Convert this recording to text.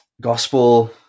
gospel